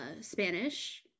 Spanish